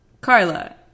Carla